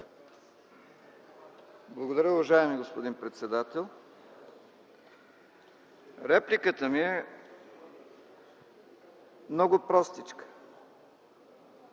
Благодаря, уважаеми господин председател. Репликата ми е много простичка.